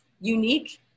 unique